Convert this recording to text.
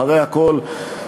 אחרי הכול,